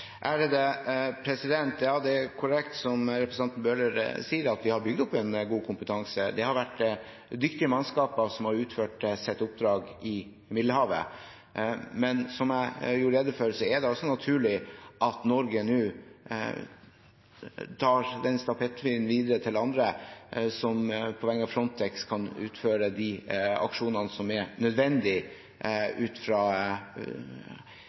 Ja, det er korrekt som representanten Bøhler sier, at vi har bygd opp en god kompetanse. Det har vært dyktige mannskaper som har utført sitt oppdrag i Middelhavet. Men som jeg gjorde rede for, er det naturlig at Norge nå gir den stafettpinnen videre til andre som på vegne av Frontex kan utføre de aksjonene som er nødvendige ut fra